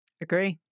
Agree